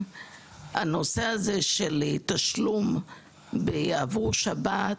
בעניין התשלום בעבור שבת,